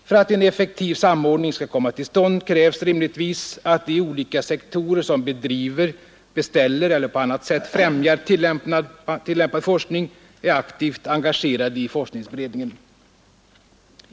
För att en effektiv samordning skall komma till stånd krävs rimligtvis att de olika sektorer som bedriver, beställer eller på annat sätt främjar tillämpad forskning är aktivt engagerade i forskningsberedningen.